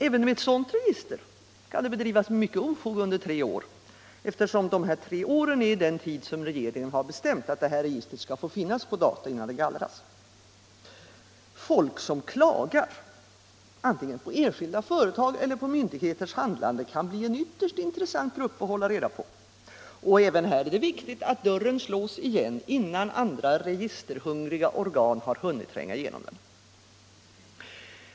Även med ett sådant register kan det bedrivas mycket ofog under tre år, eftersom det är den tid som regeringen har bestämt att registret skall få finnas på data innan det gallras. Folk som klagar antingen på enskilda företag eller på myndigheters handlande kan bli en ytterst intressant grupp att hålla reda på, och även här är det viktigt att dörren slås igen innan andra registerhungriga organ har hunnit tränga in igenom den.